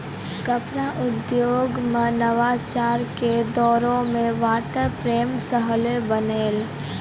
कपड़ा उद्योगो मे नवाचार के दौरो मे वाटर फ्रेम सेहो बनलै